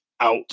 out